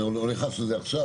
אני לא נכנס לזה עכשיו,